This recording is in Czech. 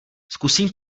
zkusím